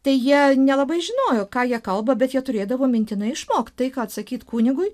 tai jie nelabai žinojo ką jie kalba bet jie turėdavo mintinai išmokti tai ką atsakyt kunigui